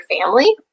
family